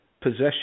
possession